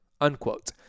unquote